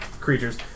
creatures